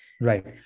right